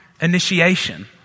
initiation